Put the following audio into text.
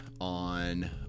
on